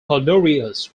honorius